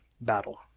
battle